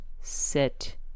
sit